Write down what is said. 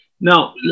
now